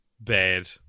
bad